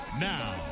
Now